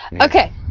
Okay